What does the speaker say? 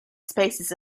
spaces